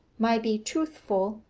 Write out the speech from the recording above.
might be truthful,